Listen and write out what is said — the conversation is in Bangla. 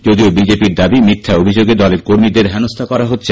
যদিও বিজেপি র মিথ্যা অভিযোগে দলীয় কর্মীদের হেনস্থা করা হচ্ছে